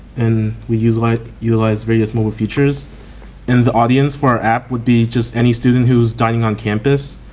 and we utilize utilize various mobile features and the audience for our app would be just any student whose dining on campus.